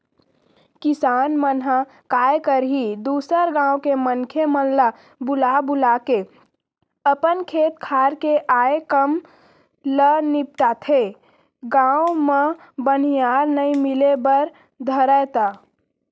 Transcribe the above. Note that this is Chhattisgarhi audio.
किसान मन ह काय करही दूसर गाँव के मनखे मन ल बुला बुलाके अपन खेत खार के आय काम ल निपटाथे, गाँव म बनिहार नइ मिले बर धरय त